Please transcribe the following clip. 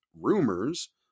rumors